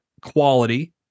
quality